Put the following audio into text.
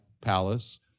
palace